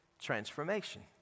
transformation